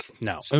No